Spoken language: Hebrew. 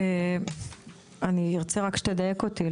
אני ארצה שתדייק אותי.